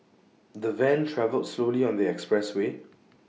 the van travelled slowly on the expressway